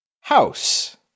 House